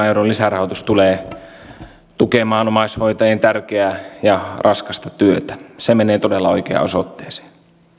euron lisärahoitus tulee tukemaan omaishoitajien tärkeää ja raskasta työtä se menee todella oikeaan osoitteeseen